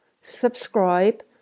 Subscribe